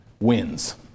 wins